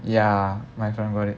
ya my friend got it